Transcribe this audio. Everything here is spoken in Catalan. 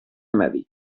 medi